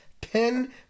Ten